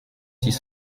six